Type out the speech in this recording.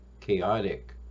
chaotic